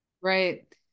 Right